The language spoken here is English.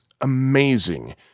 amazing